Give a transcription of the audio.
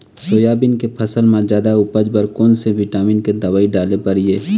Soybean के फसल म जादा उपज बर कोन से विटामिन के दवई डाले बर ये?